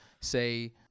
say